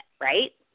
right